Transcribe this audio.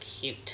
cute